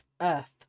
earth